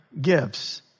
gifts